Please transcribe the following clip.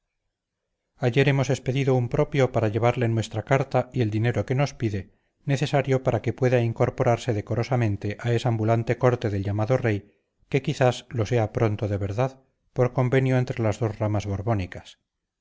ayer hemos expedido un propio para llevarle nuestra carta y el dinero que nos pide necesario para que pueda incorporarse decorosamente a esa ambulante corte del llamado rey que quizás lo sea pronto de verdad por convenio entre las dos ramas